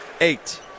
eight